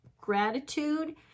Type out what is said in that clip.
gratitude